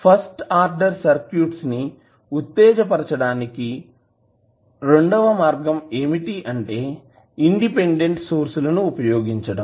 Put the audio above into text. first order circuits ని ఉత్తేజపరచడానికి రెండవ మార్గం ఏమిటంటే ఇండిపెండెంట్ సోర్స్ లను ఉపయోగించడం